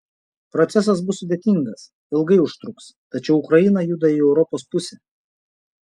procesas bus sudėtingas ilgai užtruks tačiau ukraina juda į europos pusę